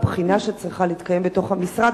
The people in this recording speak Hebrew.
הבחינה שצריכה להתקיים בתוך המשרד.